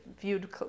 viewed